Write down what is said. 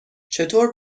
چطور